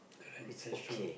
correct that is true